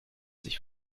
sich